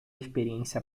experiência